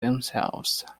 themselves